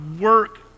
work